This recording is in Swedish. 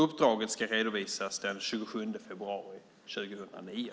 Uppdraget ska redovisas den 27 februari 2009.